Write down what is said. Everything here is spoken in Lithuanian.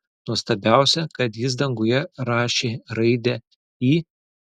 nuostabiausia kad jis danguje rašė raidę i